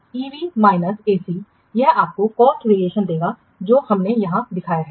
तो EV minus AC यह आपको कॉस्ट वैरिएशन देगा जो हमने यहां दिखाया है